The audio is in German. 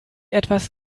etwas